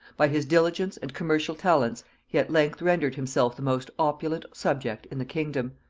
by his diligence and commercial talents he at length rendered himself the most opulent subject in the kingdom,